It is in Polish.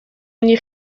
mnie